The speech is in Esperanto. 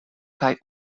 kaj